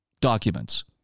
documents